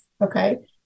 okay